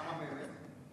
כמה באמת?